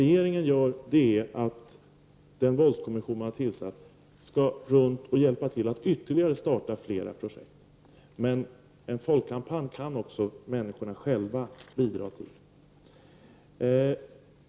Regeringen har också, som sagt, tillsatt en våldskommission, och genom denna skall ytterligare projekt kunna startas. Men en folkkampanj kan människorna, som sagt, själva bidra till.